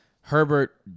Herbert